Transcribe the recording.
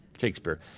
Shakespeare